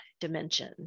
dimension